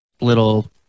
little